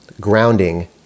grounding